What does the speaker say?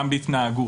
גם בהתנהגות.